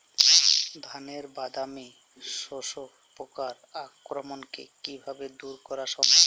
ধানের বাদামি শোষক পোকার আক্রমণকে কিভাবে দূরে করা সম্ভব?